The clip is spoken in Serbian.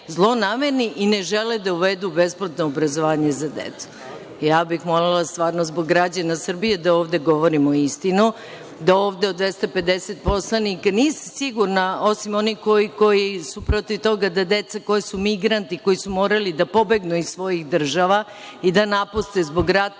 zlonamerni i ne žele da uvedu besplatno obrazovanje za decu. Ja bih molila, stvarno, zbog građanina Srbije, da ovde govorimo istinu i da ovde od 250 poslanika, nisam sigurna, osim onih koji su protiv toga da deca koja su migranti, koji su morali da pobegnu iz svojih država i da napuste zbog ratnih